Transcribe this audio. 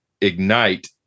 ignite